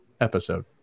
episode